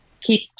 keep